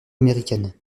américaines